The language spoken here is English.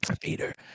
Peter